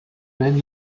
peine